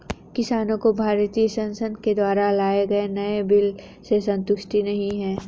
किसानों को भारतीय संसद के द्वारा लाए गए नए बिल से संतुष्टि नहीं है